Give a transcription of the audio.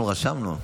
אנחנו רשמנו.